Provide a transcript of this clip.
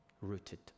rooted